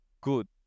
good